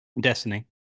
Destiny